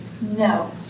no